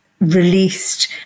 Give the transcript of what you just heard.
released